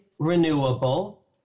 Renewable